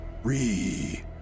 Re